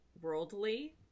worldly